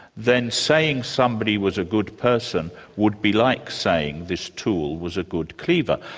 then saying somebody was a good person would be like saying this tool was a good cleaver.